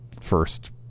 first